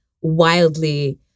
wildly